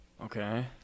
Okay